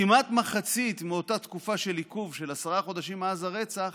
כמעט מחצית מאותה תקופה של עיכוב של עשרה חודשים מאז הרצח